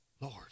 Lord